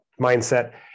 mindset